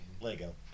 Lego